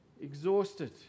exhausted